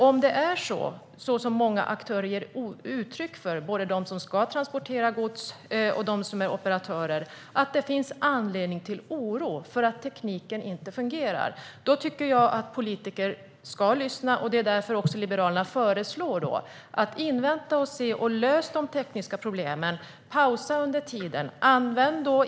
Om det är så som många aktörer ger uttryck för - både de som ska transportera gods och de som är operatörer - att det finns anledning till oro för att tekniken inte fungerar, då tycker jag att politikerna ska lyssna. Det är därför som Liberalerna föreslår att man ska vänta och se, lösa de tekniska problemen och pausa under tiden.